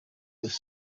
was